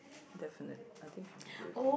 definite I think should be building